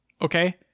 okay